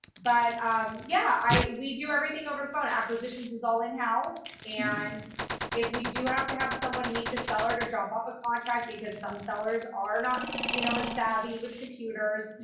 but yeah, i, we do everything over the phone. acquisitions is all in-house. and if we do have to have someone meet the seller to drop off a contract, because some sellers are not you know as savvy with computers,